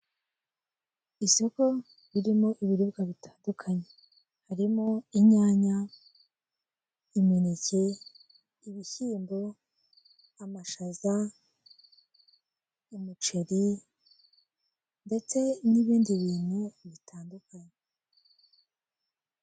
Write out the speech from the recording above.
Isoko ririmo ibiribwa bitandukanye: Harimo inyanya, imineke, ibishyimbo, amashaza, umuceri ndetse n'ibindi bintu bitandukanye.